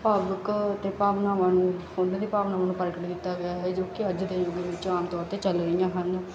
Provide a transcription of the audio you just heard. ਭਾਵੁਕ ਅਤੇ ਭਾਵਨਾਵਾਂ ਨੂੰ ਉਹਨਾਂ ਦੀ ਭਾਵਨਾਵਾਂ ਨੂੰ ਪ੍ਰਗਟ ਕੀਤਾ ਗਿਆ ਹੈ ਜੋ ਕਿ ਅੱਜ ਦੇ ਯੁੱਗ ਵਿੱਚ ਆਮ ਤੌਰ 'ਤੇ ਚੱਲ ਰਹੀਆਂ ਹਨ